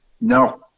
No